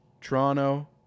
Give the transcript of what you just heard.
Toronto